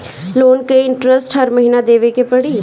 Loan के interest हर महीना देवे के पड़ी?